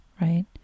right